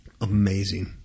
Amazing